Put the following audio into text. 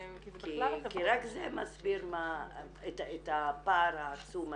כי זה בכלל החברות -- כי רק זה מסביר את הפער העצום הזה.